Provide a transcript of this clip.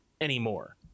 anymore